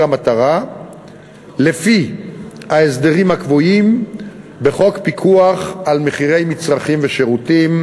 המטרה לפי ההסדרים הקבועים בחוק פיקוח על מצרכים ושירותים,